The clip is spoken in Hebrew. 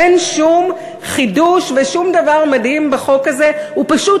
אין שום חידוש ושום דבר מדהים בחוק הזה, הוא פשוט